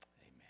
amen